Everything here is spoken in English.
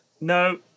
No